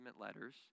letters